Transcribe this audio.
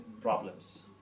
problems